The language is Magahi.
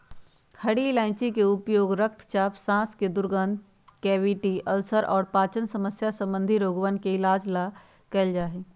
हरी इलायची के उपयोग रक्तचाप, सांस के दुर्गंध, कैविटी, अल्सर और पाचन समस्या संबंधी रोगवन के इलाज ला कइल जा हई